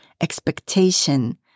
expectation